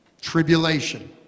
Tribulation